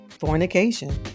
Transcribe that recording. fornication